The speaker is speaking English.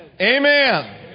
Amen